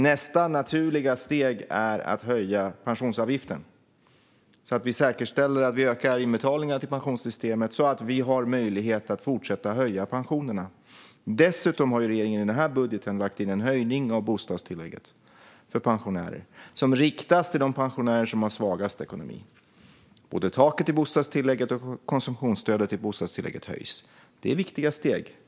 Nästa naturliga steg är att höja pensionsavgiften så att vi säkerställer att vi ökar inbetalningarna till pensionssystemet så att vi har möjlighet att fortsätta att höja pensionerna. Dessutom har regeringen i den här budgeten lagt in en höjning av bostadstillägget för pensionärer som riktas till de pensionärer som har svagast ekonomi. Både taket i bostadstillägget och konsumtionsstödet i bostadstillägget höjs. Det är viktiga steg.